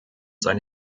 sein